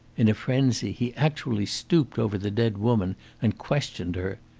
in a frenzy he actually stooped over the dead woman and questioned her.